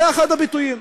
זה אחד הביטויים.